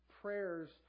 prayers